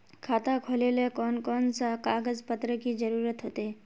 खाता खोलेले कौन कौन सा कागज पत्र की जरूरत होते?